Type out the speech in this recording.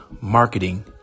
Marketing